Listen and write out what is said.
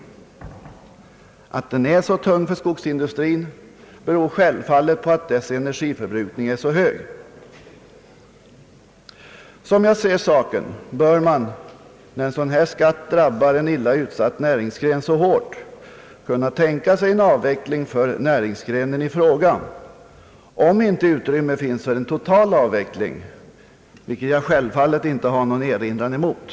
Att energiskatten är så tung för skogsindustrin beror självfallet på att dess energiförbrukning är så hög. Såsom jag ser saken bör man, när en sådan här skatt drabbar en illa utsatt näringsgren så hårt, kunna tänka sig en avveckling för näringsgrenen i fråga, om inte utrymme finns för en total avveckling, vilket jag självfallet inte har någon erinran mot.